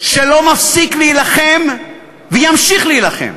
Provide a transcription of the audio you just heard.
שלא מפסיק להילחם וימשיך להילחם,